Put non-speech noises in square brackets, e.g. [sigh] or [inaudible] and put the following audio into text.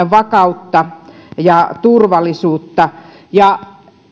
[unintelligible] vakautta ja turvallisuutta